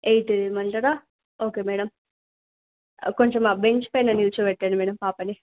eight ఇవ్వమంటారా okay madam కొంచెం మా బెంచ్ పైన నిలిచోబెట్టండి మేడమ్ పాపని